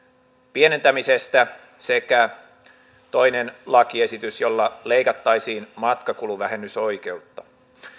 pienentämisestä sekä toinen lakiesitys jolla leikattaisiin matkakuluvähennysoikeutta